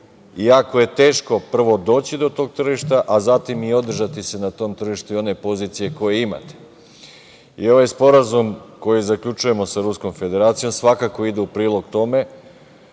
Jako je teško prvo doći do tog tržišta, a zatim i održati se na tom tržištu i one pozicije koje imate. Ovaj sporazum koji zaključujemo sa Ruskom Federacijom svakako ide u prilog tome